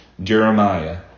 Jeremiah